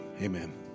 Amen